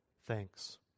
thanks